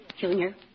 Junior